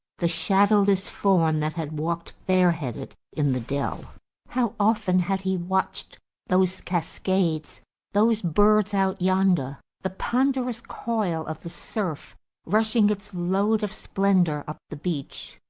the shadowless form that had walked bareheaded in the dell how often had he watched those cascades those birds out yonder, the ponderous coil of the surf rushing its load of splendour up the beach?